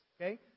Okay